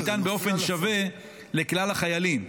שניתן באופן שווה לכלל החיילים.